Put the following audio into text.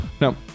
No